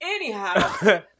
Anyhow